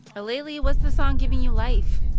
aleli, what's the song giving you life?